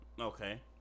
Okay